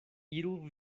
iru